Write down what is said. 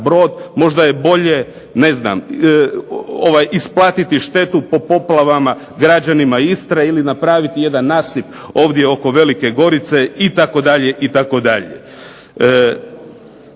brod, možda je bolje isplatiti štetu po poplavama građanima Istre ili napraviti jedan nasip ovdje oko Velike Gorice itd.,